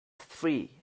three